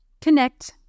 connect